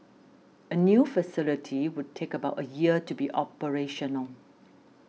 a new facility would take about a year to be operational